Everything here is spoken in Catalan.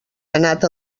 anat